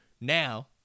Now